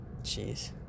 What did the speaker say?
Jeez